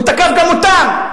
הוא תקף גם אותם.